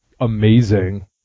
amazing